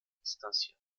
distanziert